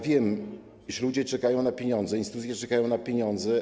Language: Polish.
Wiem, że ludzie czekają na pieniądze, instytucje czekają na pieniądze.